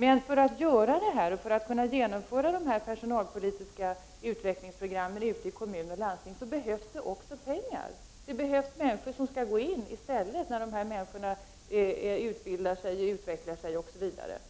Men för att kunna vidta de här åtgärderna, för att kunna genomföra det personalpolitiska utvecklingsprogrammet i kommun och landsting behövs det också pengar; det behövs människor som går in när personalen utvecklar sig, utbildar sig, osv. Frågan om